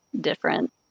different